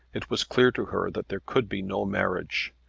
it was clear to her that there could be no marriage.